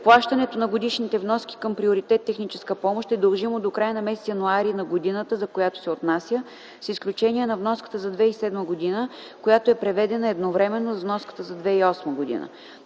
Плащането на годишните вноски към приоритет „Техническа помощ” е дължимо до края на м. януари на годината, за която се отнася, с изключение на вноската за 2007 г., която е преведена едновременно с вноската за 2008 г.